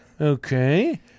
Okay